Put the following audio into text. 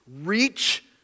reach